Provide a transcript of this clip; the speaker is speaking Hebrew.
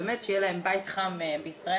באמת שיהיה להם בית חם בישראל,